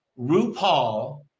RuPaul